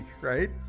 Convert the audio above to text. right